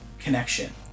Connection